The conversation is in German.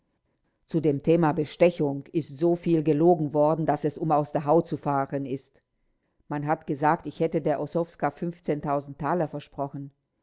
zu dem thema bestechung ist so viel gelogen worden daß es um aus der haut zu fahren ist man hat gesagt ich hätte der ossowska taler versprochen